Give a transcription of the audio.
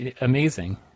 amazing